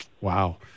Wow